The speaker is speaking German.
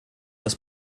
das